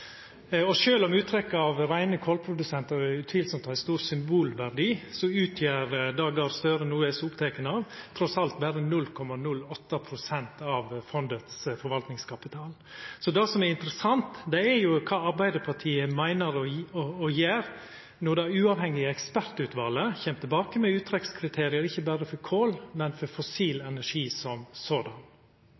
Og sjølv om uttrekk av reine kolprodusentar utvilsamt har ein stor symbolverdi, så utgjer det som Gahr Støre no er så oppteken av, trass alt berre 0,08 pst. av fondets forvaltningskapital. Så det som er interessant, er kva Arbeidarpartiet meiner å gjera når det uavhengige ekspertutvalet kjem tilbake med uttrekkskriteria – og ikkje berre for kol, men for fossil energi som